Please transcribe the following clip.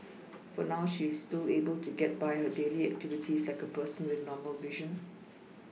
for now she is still able to get by her daily activities like a person with normal vision